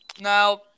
Now